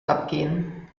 abgehen